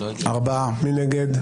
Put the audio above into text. מי נגד?